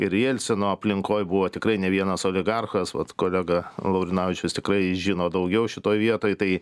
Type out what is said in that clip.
ir jelcino aplinkoj buvo tikrai ne vienas oligarchas vat kolega laurinavičius tikrai žino daugiau šitoj vietoj tai